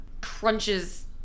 crunches